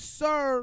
sir